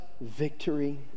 victory